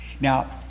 now